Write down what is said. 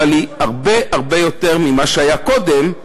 אבל היא הרבה יותר ממה שהיה קודם.